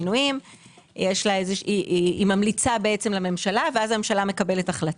היא ממליצה לממשלה ואז הממשלה מקבלת החלטה.